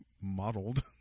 modeled